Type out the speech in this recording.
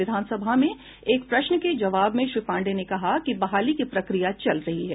विधानसभा में एक प्रश्न के जवाब में श्री पांडेय ने कहा कि बहाली की प्रक्रिया चल रही है